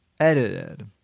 edited